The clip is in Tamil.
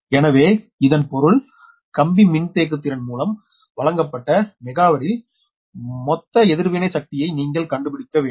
எனவே இதன் பொருள் கம்பி மின்தேக்குத்திறன் மூலம் வழங்கப்பட்ட மெகாவரில் மொத்த எதிர்வினை சக்தியை நீங்கள் கண்டுபிடிக்க வேண்டும்